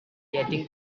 getting